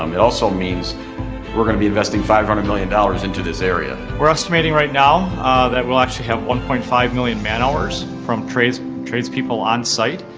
um it also means we're gonna be investing five hundred million dollars into this area. we're estimating right now that we'll actually have one point five million man hours from tradespeople tradespeople on site.